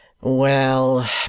Well